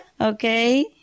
Okay